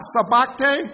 Sabakte